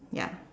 ya